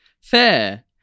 Fair